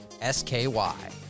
S-K-Y